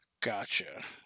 Gotcha